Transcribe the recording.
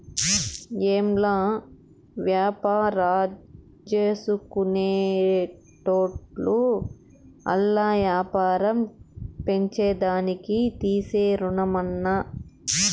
ఏంలా, వ్యాపారాల్జేసుకునేటోళ్లు ఆల్ల యాపారం పెంచేదానికి తీసే రుణమన్నా